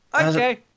Okay